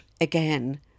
again